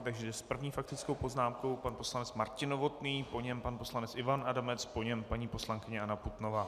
Takže s první faktickou poznámkou pan poslanec Martin Novotný, po něm pan poslanec Ivan Adamec, po něm paní poslankyně Anna Putnová.